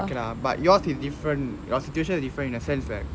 okay lah but yours is different your situation is different in the sense that